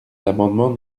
l’amendement